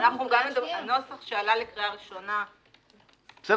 הנוסח שעלה לקריאה הראשונה --- בסדר,